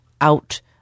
out